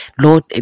Lord